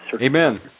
Amen